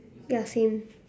ya same